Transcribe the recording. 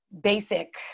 Basic